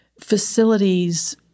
facilities